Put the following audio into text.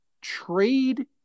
trade